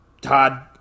Todd